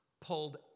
pulled